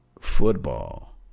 Football